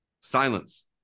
Silence